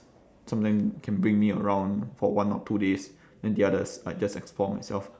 sometime can bring me around for one or two days then the others I just explore myself